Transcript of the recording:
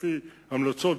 לפי המלצות,